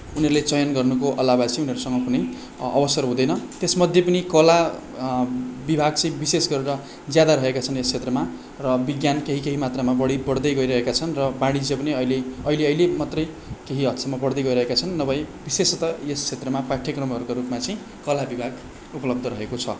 उनीहरूले चयन गर्नुको अलावा चाहिँ उनीहरूसँग कुनै अ अवसर हुँदैन त्यसमध्ये पनि कला विभाग चाहिँ विशेष गरेर ज्यादा रहेका छन् यस क्षेत्रमा र विज्ञान केही केही मात्रामा बढी पढ्दै गइरहेका छन् र वाणिज्य पनि अहिले अहिले अहिले मात्रै केही हदसम्म पढ्दै गइरहेका छन् नभए विशेषतः यस क्षेत्रमा पाठ्यक्रमहरूको रूपमा चाहिँ कला विभाग उपलब्ध रहेको छ